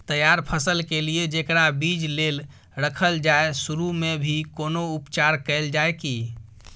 तैयार फसल के लिए जेकरा बीज लेल रखल जाय सुरू मे भी कोनो उपचार कैल जाय की?